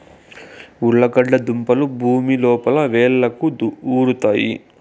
ఉర్లగడ్డ దుంపలు భూమి లోపల వ్రేళ్లకు ఉరుతాయి